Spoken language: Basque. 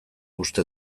uste